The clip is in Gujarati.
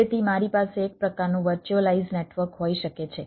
તેથી મારી પાસે એક પ્રકારનું વર્ચ્યુઅલાઈઝ નેટવર્ક હોઈ શકે છે